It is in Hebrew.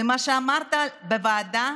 ומה שאמרת בוועדה